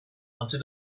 until